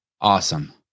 awesome